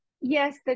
yes